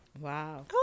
wow